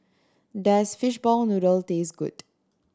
does fishball noodle taste good